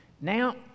Now